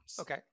Okay